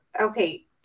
okay